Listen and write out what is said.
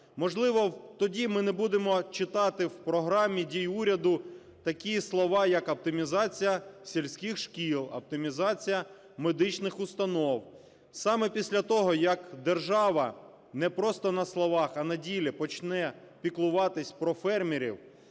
можливо, тоді ми не будемо читати в Програмі дій уряду такі слова як: оптимізація сільських шкіл, оптимізація медичних установ. Саме після того, як держава не просто на словах, а на ділі почне піклуватись про фермерів,